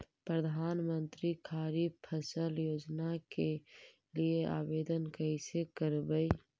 प्रधानमंत्री खारिफ फ़सल योजना के लिए आवेदन कैसे करबइ?